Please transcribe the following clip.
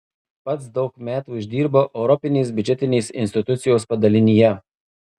pats daug metų išdirbau europinės biudžetinės institucijos padalinyje